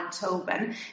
Tobin